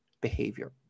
Behavior